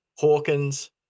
Hawkins